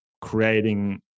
creating